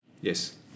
Yes